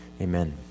Amen